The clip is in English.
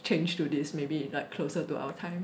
change to this maybe like closer to our time